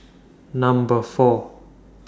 Number four